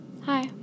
Hi